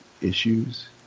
issues